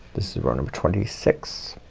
this is row number twenty six.